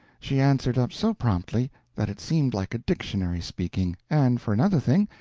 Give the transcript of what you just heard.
she answered up so promptly that it seemed like a dictionary speaking, and for another thing,